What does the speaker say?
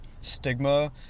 stigma